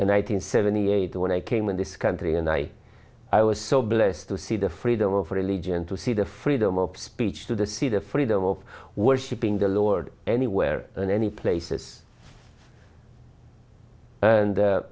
hundred seventy eight when i came in this country and i i was so blessed to see the freedom of religion to see the freedom of speech to the see the freedom of worship in the lord anywhere in any places and